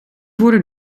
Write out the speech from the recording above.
voerden